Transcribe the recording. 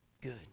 Good